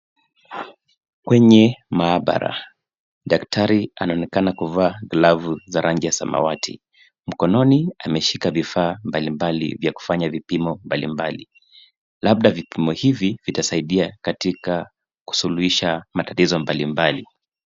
Kwenye mahabara, daktari anaonekana kuvaa glavu za rangi ya samawati. Mkononi ameshika vifaa mbalimbali vya kufanya vipimo mbalimbali. Labda vipimo hivi vitasaidia katika kusuluhisha matatizo mbalimbali.